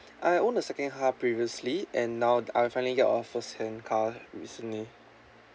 I owned a second car previously and now I finally get a first hand car recently